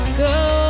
go